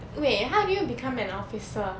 wait how do you become an officer